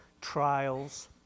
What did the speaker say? Trials